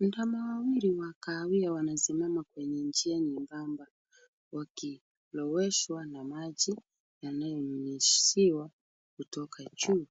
Ndama wawili wa kahawia wanasimama kwenye njia nyembamba, wakiloweshwa na maji wanayonyunyuziwa kutoka juu.